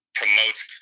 promotes